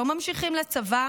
לא ממשיכים לצבא